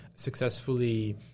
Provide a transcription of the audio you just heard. successfully